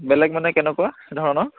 বেলেগ মানে কেনেকুৱা ধৰণৰ